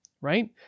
right